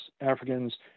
Africans